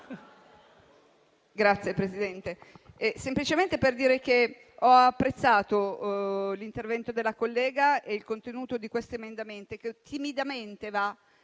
Grazie, Presidente.